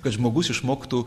kad žmogus išmoktų